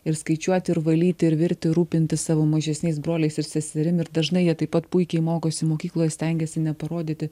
ir skaičiuoti ir valyti ir virti ir rūpintis savo mažesniais broliais ir seserim ir dažnai jie taip pat puikiai mokosi mokykloje stengiasi neparodyti